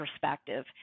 perspective